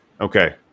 Okay